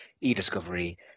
e-discovery